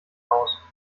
aus